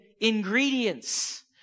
ingredients